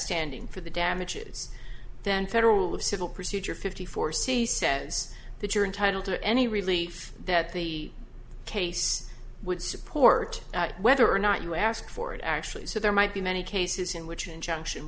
standing for the damages then federal civil procedure fifty four c says that your entitle to any relief that the case would support whether or not you asked for it actually so there might be many cases in which an injunction